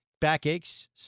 backaches